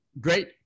Great